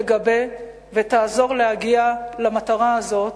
תגבה ותעזור להגיע למטרה הזאת